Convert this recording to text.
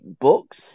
books